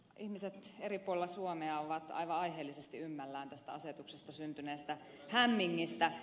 ihmiset eri puolilla suomea ovat aivan aiheellisesti ymmällään tästä asetuksesta syntyneestä hämmingistä